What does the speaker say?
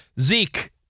Zeke